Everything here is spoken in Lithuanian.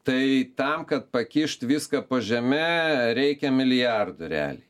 tai tam kad pakišt viską po žeme reikia milijardų realiai